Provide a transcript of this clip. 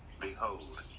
Behold